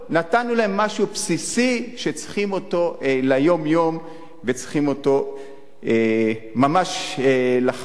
נתנו להם משהו בסיסי שצריכים אותו ליום-יום וצריכים אותו ממש לחיים.